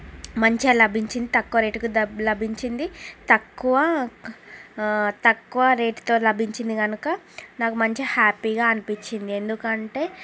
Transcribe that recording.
మంచిగా లభించింది తక్కువ రేటుకి లభించింది రేటుకి తక్కువ రేటుతో లభించింది కనుక నాకు మంచి హ్యాపీగా అనిపించింది ఎందుకంటే